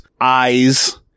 eyes